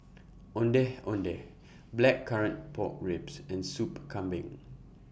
Ondeh Ondeh Blackcurrant Pork Ribs and Soup Kambing